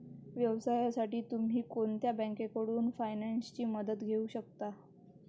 व्यवसायासाठी तुम्ही कोणत्याही बँकेकडून फायनान्सची मदत घेऊ शकता